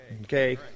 Okay